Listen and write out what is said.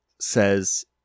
says